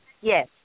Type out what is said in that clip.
Yes